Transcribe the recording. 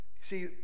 See